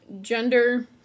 gender